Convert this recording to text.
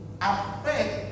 affect